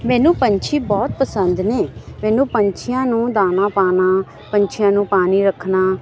ਮੈਨੂੰ ਪੰਛੀ ਬਹੁਤ ਪਸੰਦ ਨੇ ਮੈਨੂੰ ਪੰਛੀਆਂ ਨੂੰ ਦਾਣਾ ਪਾਣਾ ਪੰਛੀਆਂ ਨੂੰ ਪਾਣੀ ਰੱਖਣਾ